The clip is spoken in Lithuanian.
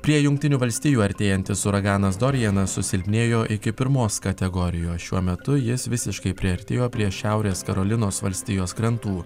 prie jungtinių valstijų artėjantis uraganas dorianas susilpnėjo iki pirmos kategorijos šiuo metu jis visiškai priartėjo prie šiaurės karolinos valstijos krantų